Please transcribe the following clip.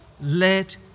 let